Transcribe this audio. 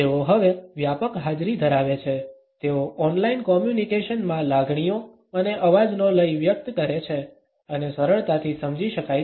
તેઓ હવે વ્યાપક હાજરી ધરાવે છે તેઓ ઓનલાઇન કોમ્યુનિકેશનમાં લાગણીઓ અને અવાજનો લય વ્યક્ત કરે છે અને સરળતાથી સમજી શકાય છે